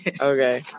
Okay